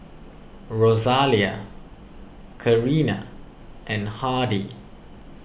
Rosalia Karina and Hardie